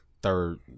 Third